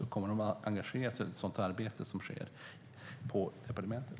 Kommer de att engageras i det arbete som sker på departementet?